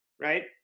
Right